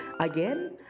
again